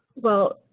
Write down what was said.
well,